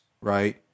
right